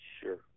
Sure